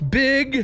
big